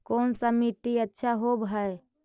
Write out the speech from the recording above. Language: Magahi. कोन सा मिट्टी अच्छा होबहय?